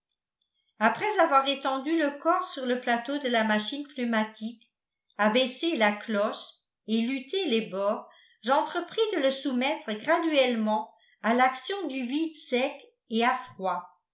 après avoir étendu le corps sur le plateau de la machine pneumatique abaissé la cloche et luté les bords j'entrepris de le soumettre graduellement à l'action du vide sec et à froid